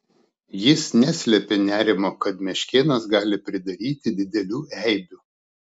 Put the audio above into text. jis neslėpė nerimo kad meškėnas gali pridaryti didelių eibių